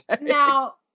Now